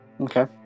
Okay